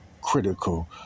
critical